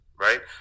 right